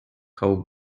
how